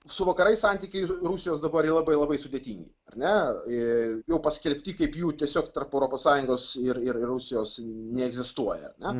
su vakarais santykiai rusijos dabar yra labai labai sudėtingi ar ne jau paskelbti kaip jų tiesiog tarp europos sąjungos ir ir rusijos neegzistuojaar ne